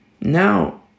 Now